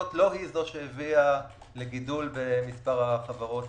לא היא זו שהביאה לגידול במספר החברות.